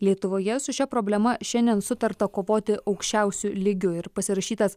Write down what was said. lietuvoje su šia problema šiandien sutarta kovoti aukščiausiu lygiu ir pasirašytas